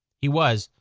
he was,